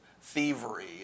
thievery